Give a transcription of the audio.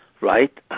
right